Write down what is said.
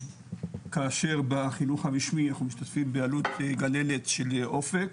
כאשר בחינוך הרשמי אנחנו משתתפים בעלות גננת של אופק,